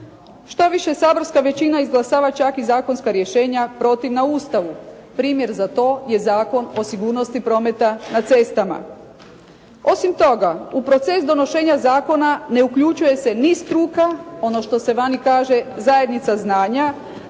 Štoviše saborska većina izglasava čak i zakonska rješenja protivna Ustavu. Primjer za to je Zakon o sigurnosti prometa na cestama. Osim toga u proces donošenja zakona ne uključuje se ni struka, ono što se vani kaže zajednica znanja